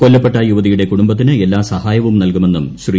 കൊല്ലപ്പെട്ട യുവതിയുടെ കുടുംബത്തിന് എല്ലാ സഹായവും നൽകുമെന്നും ശ്രീ